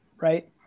right